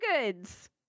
goods